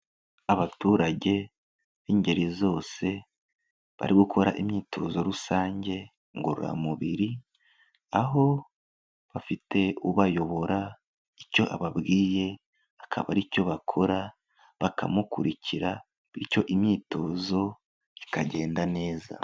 Abaturage b'ingeri zose bari gukora imyitozo rusange ngororamubiri, aho bafite ubayobora, icyo ababwiye akaba aricyo bakora, bakamukurikira bityo imyitozo ikagenda neza.